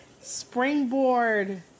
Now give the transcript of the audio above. springboard